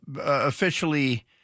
officially –